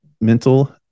mental